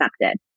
accepted